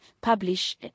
publish